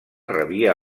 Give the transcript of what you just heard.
rebia